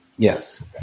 Yes